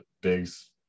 bigs